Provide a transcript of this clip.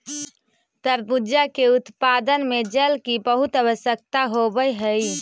तरबूजा के उत्पादन में जल की बहुत आवश्यकता होवअ हई